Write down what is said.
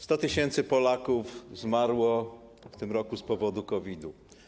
100 tys. Polaków zmarło w tym roku z powodu COVID-u.